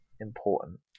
important